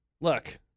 Look